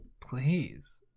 please